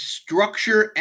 structure